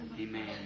Amen